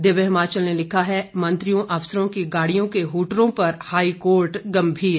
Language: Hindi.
दिव्य हिमाचल ने लिखा है मंत्रियों अफसरों की गाड़ियों के हूटरों पर हाईकोर्ट गंभीर